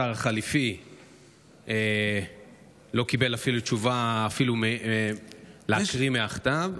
השר החליפי לא קיבל אפילו תשובה להקריא מהכתב.